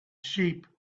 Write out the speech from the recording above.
sheep